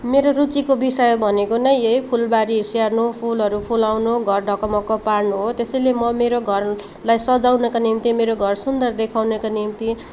मेरो रुचिको विषय भनेको नै यही फुलबारी स्याहार्नु फुलहरू फुलाउनु घर ढकमक्क पार्नु हो त्यसैले म मेरो घरलाई सजाउनका निम्ति मेरो घर सुन्दर देखाउनुको निम्ति